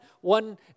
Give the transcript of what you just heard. one